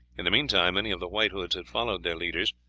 in the meantime many of the white hoods had followed their leaders,